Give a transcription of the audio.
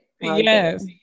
yes